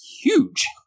Huge